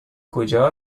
کجا